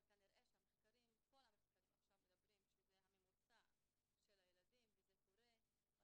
אבל כנראה שכל המחקרים עכשיו מדברים שזה הממוצע של הילדים וזה קורה.